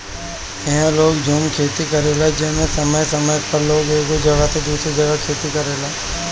इहा लोग झूम खेती करेला जेमे समय समय पर लोग एगो जगह से दूसरी जगह खेती करेला